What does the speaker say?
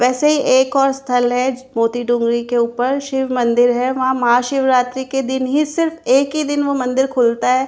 वैसे एक और स्थल है मोती डोंगरी के ऊपर शिव मंदिर है वहाँ महा शिवरात्रि के दिन ही सिर्फ़ एक ही दिन वो मंदिर खुलता है